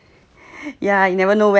ya you never know when you might need it